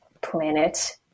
planet